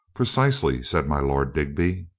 precisely, said my lord digby.